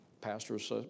Pastor's